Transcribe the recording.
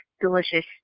delicious